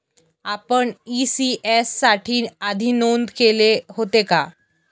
आपण इ.सी.एस साठी आधी नोंद केले होते का?